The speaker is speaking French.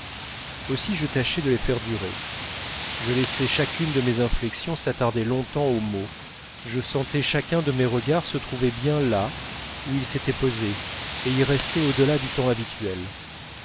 aussi je tâchais de les faire durer je laissais chacune de mes inflexions s'attarder longtemps aux mots je sentais chacun de mes regards se trouver bien là où il s'était posé et y rester au delà du temps habituel